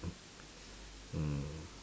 mm